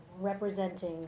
representing